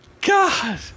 God